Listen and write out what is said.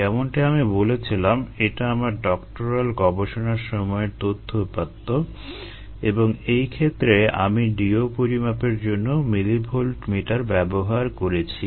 যেমনটি আমি বলেছিলাম এটা আমার ডক্টরাল গবেষণার সময়ের তথ্য উপাত্ত এবং এই ক্ষেত্রে আমি DO পরিমাপের জন্য মিলিভোল্ট মিটার ব্যবহার করেছি